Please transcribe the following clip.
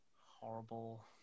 horrible